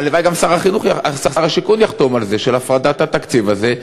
הלוואי שגם שר השיכון יחתום על הפרדת התקציב הזה.